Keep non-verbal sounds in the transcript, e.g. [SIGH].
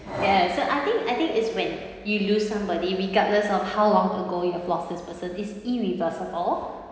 ya [NOISE] so I think I think is when you lose somebody regardless of how long ago you have lost this person is irreversible